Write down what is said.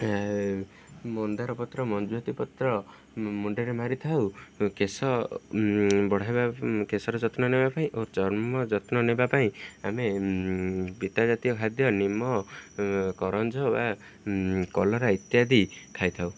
ମନ୍ଦାର ପତ୍ର ମଞ୍ଜୁଆତି ପତ୍ର ମୁଣ୍ଡରେ ମାରିଥାଉ କେଶ ବଢ଼ାଇବା କେଶର ଯତ୍ନ ନେବା ପାଇଁ ଓ ଚର୍ମ ଯତ୍ନ ନେବା ପାଇଁ ଆମେ ପିତା ଜାତୀୟ ଖାଦ୍ୟ ନିମ କରଞ୍ଜ ବା କଲରା ଇତ୍ୟାଦି ଖାଇଥାଉ